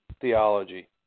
theology